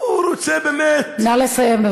הוא רוצה באמת, נא לסיים.